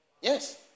Yes